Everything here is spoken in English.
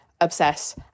obsess